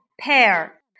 Pear